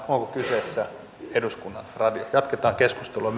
onko kyseessä eduskunnan radio jatketaan keskustelua